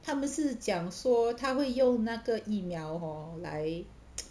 他们是讲说他会用那个疫苗 hor 来